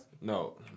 No